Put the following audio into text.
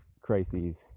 crises